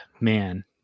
man